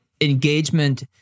engagement